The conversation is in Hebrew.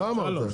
שלום.